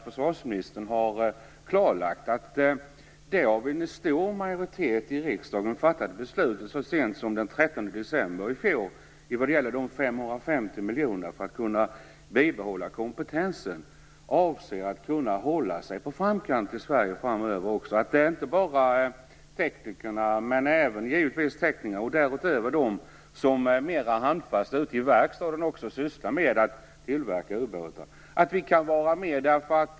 Försvarsministern har klarlagt att en stor majoritet i riksdagen fattade beslut, så sent som den 13 december i fjol, om 550 miljoner för att man skall kunna bibehålla kompetensen. Avsikten är att man skall kunna hålla sig i framkant i Sverige också framöver. Det handlar givetvis om att teknikerna och om de som mera handfast ute i verkstaden sysslar med att tillverka ubåtar kan vara med.